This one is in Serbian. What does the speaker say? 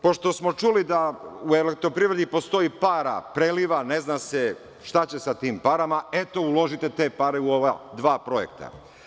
Pošto smo čuli da u Elektroprivredi postoji para, preliva, ne zna se šta će sa tim parama, eto, uložite te pare u ova dva projekta.